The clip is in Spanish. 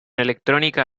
electrónica